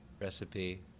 recipe